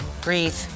Breathe